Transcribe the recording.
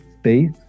space